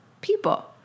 people